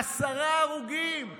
עשרה הרוגים.